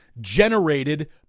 generated